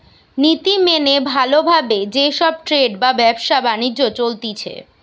নীতি মেনে ভালো ভাবে যে সব ট্রেড বা ব্যবসা বাণিজ্য চলতিছে